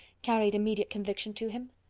carried immediate conviction to him.